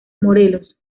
morelos